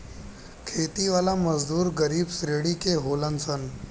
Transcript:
खेती वाला मजदूर गरीब श्रेणी के होलन सन